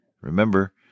remember